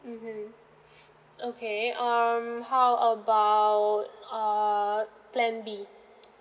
mmhmm okay um how about uh plan B